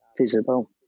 visible